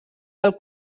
del